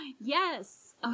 Yes